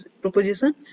proposition